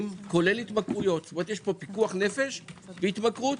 כולל התמכרויות יש פה פיקוח נפש והתמכרות.